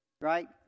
right